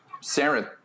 Sarah